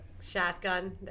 shotgun